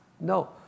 No